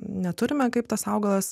neturime kaip tas augalas